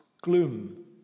gloom